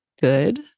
good